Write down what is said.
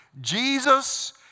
Jesus